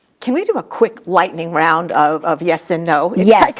can we do a quick lightning round of of yes and no? yes.